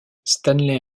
stanley